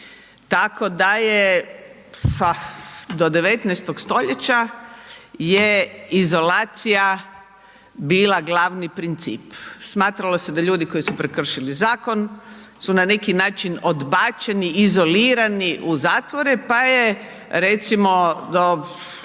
Tako da je do 19. st. je izolacija bila glavni princip. Smatralo se da ljudi koji su prekršili zakon su na neki način odbačeni, izolirani u zatvore pa je recimo do